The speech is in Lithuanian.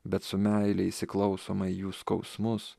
bet su meile įsiklausoma į jų skausmus